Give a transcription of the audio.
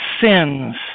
sins